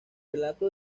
relato